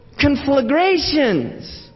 conflagrations